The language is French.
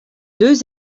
deux